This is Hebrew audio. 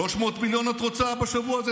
300 מיליון את רוצה בשבוע הזה?